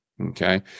okay